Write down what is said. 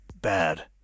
Bad